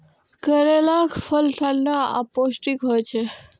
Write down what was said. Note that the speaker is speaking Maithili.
करैलाक फल ठंढा आ पौष्टिक होइ छै